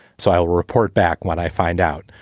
so i'll report back when i find out.